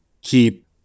keep